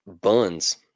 buns